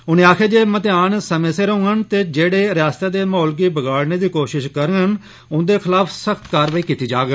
उनें आक्खेआ जे म्तेहान समें सिर होंगन ते जेड़े रियास्ता दे म्हौल गी बगाड़ने दी कोशिश करगन उंदे खलाफ सख्त कारवाई कीती जाग